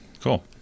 cool